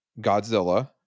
Godzilla